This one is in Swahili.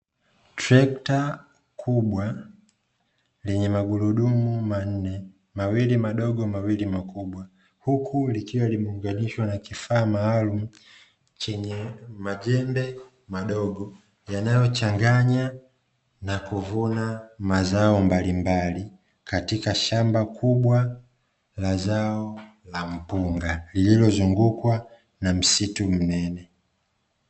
Trekta kubwa lenye magurudumu manne, mawili madogo mawili makubwa huku likiwa limeunganishwa na kifaa maalum chenye majembe madogo yanayo changanya na kuvuna mazao mbalimbali katika shamba kubwa la zao la mpunga. Lililozungukwa na msitu mnene.